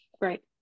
right